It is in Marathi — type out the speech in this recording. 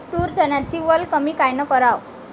तूर, चन्याची वल कमी कायनं कराव?